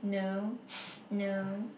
no no